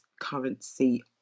currency